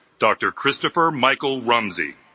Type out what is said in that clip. dr. christopher michael rumsey